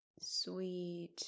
sweet